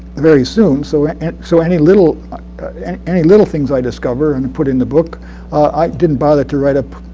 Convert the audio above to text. very soon, so and so any little and any little things i discover and put in the book i didn't bother to write ah